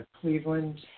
Cleveland